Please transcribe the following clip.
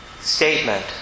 statement